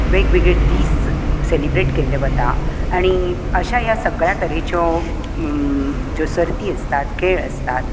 वेगवेगळे दीस सेलब्रेट केल्ले वता आनी अश्या ह्या सगळ्या तरेच्यो ज्यो सर्ती आसता खेळ आसतात